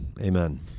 amen